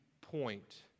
point